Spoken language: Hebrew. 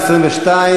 התשע"ד 2014,